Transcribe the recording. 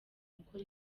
gukora